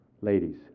Ladies